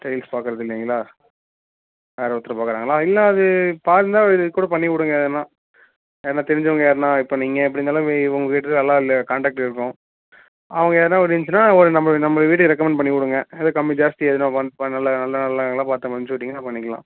tiles பார்க்கறதில்லைங்களா வேறு ஒருத்தர் பார்க்கறாங்களா இல்லைன்னா அது பார்த்துருந்தா இது கூட பண்ணி கொடுங்க எதனா யார்னா தெரிஞ்சவங்க யார்னா இப்போ நீங்கள் எப்படி இருந்தாலும் வி உங்கள்கிட்ட எல்லா காண்டாக்ட்டும் இருக்கும் அவங்க யார்னா இருந்துச்சின்னா நம்ம நம்ம வீடுக்கு ரெக்கமெண்ட் பண்ணி விடுங்க எதுவும் கம்மி ஜாஸ்தி எதனா பண் நல்ல நல்ல ஆளுங்களாக பார்த்து அனுப்பிச்சி விட்டீங்கன்னா பண்ணிக்கலாம்